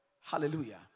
Hallelujah